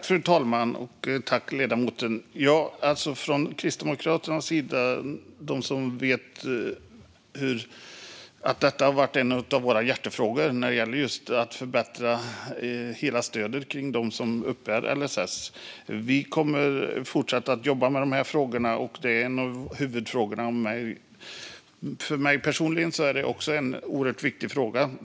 Fru talman! Som många vet har frågan om att förbättra stödet kring dem som uppbär LSS varit en av Kristdemokraternas hjärtefrågor. Vi kommer att fortsätta jobba med dessa frågor, och detta är en av huvudfrågorna. För mig personligen är det också en oerhört viktig fråga.